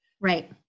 Right